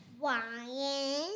Ryan